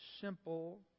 simple